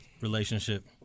relationship